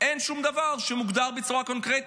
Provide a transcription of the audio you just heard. אין שום דבר שמוגדר בצורה קונקרטית?